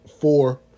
four